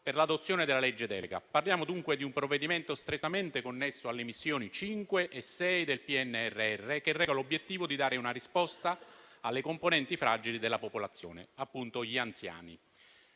per l'adozione della legge delega. Parliamo, dunque, di un provvedimento strettamente connesso alle missioni 5 e 6 del PNRR, che reca l'obiettivo di dare una risposta alle componenti fragili della popolazione, appunto gli anziani.